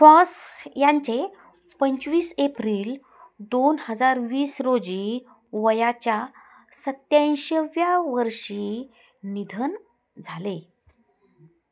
फॉस यांचे पंचवीस एप्रिल दोन हजार वीस रोजी वयाच्या सत्याऐंशीव्या वर्षी निधन झाले